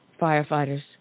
firefighters